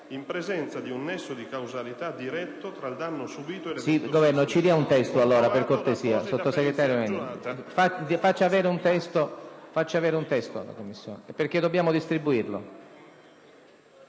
in presenza di un nesso di causalità diretto tra il danno subito e l'evento